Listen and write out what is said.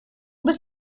bist